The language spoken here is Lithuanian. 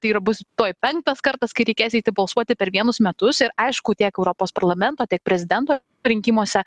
tai ir bus tuoj penktas kartas kai reikės eiti balsuoti per vienus metus ir aišku tiek europos parlamento tiek prezidento rinkimuose